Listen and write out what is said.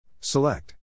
Select